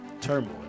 turmoil